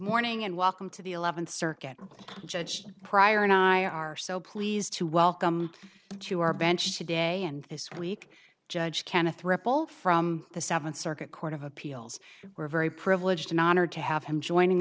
morning and welcome to the eleventh circuit judge pryor and i are so pleased to welcome to our bench today and this week judge kenneth ripple from the seventh circuit court of appeals we're very privileged and honored to have him joining